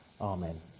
Amen